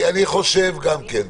אני חושב גם כן.